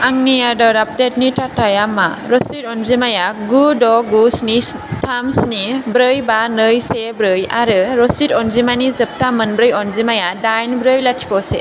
आंनि आदार आपडेटनि थाथाया मा रसिद अनजिमाया गु द' गु स्नि थाम स्नि ब्रै बा नै से ब्रै आरो रसिद अनजिमानि जोबथा मोनब्रै अनजिमाया दाइन ब्रै लाथिख' से